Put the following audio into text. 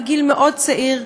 מגיל מאוד צעיר,